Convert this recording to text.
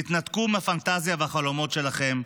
התנתקו מהפנטזיה ומהחלומות שלהם,